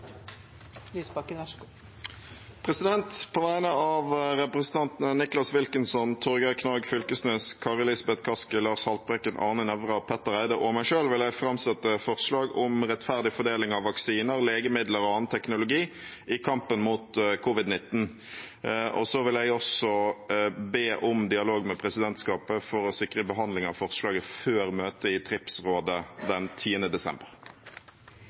På vegne av representantene Nicholas Wilkinson, Torgeir Knag Fylkesnes, Kari Elisabeth Kaski, Lars Haltbrekken, Arne Nævra, Petter Eide og meg selv vil jeg framsette et forslag om rettferdig fordeling av vaksiner, legemidler og annen teknologi i kampen mot covid-19. Jeg vil be om dialog med presidentskapet for å sikre behandling av forslaget før møtet i TRIPS-rådet den 10. desember.